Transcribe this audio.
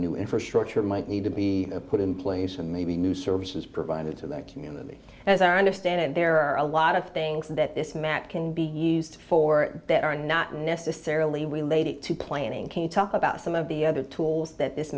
new infrastructure might need to be put in place and maybe new services provided to the community as i understand it there are a lot of things that this map can be used for that are not necessarily related to planning can you talk about some of the other tools that this